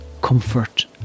comfort